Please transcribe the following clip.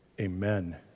Amen